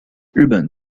日本